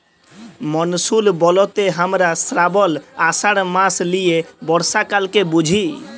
monsoon ব্যলতে হামরা শ্রাবল, আষাঢ় মাস লিয়ে বর্ষাকালকে বুঝি